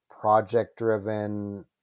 project-driven